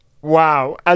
Wow